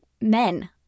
men